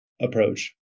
approach